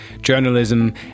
journalism